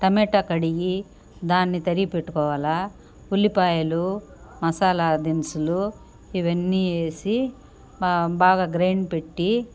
tomato కడిగి దాన్ని తరిగిపెట్టుకోవాలా ఉల్లిపాయలు మసాలా దినుసులు ఇవన్నీయేసి బాగా గ్రైండ్ పెట్టి